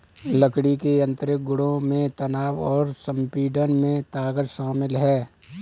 लकड़ी के यांत्रिक गुणों में तनाव और संपीड़न में ताकत शामिल है